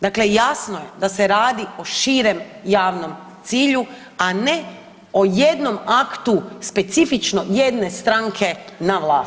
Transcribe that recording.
Dakle, jasno je da se radi o širem javnom cilju, a ne o jednom aktu specifično jedne stranke na vlasti.